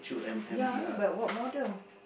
ya but what model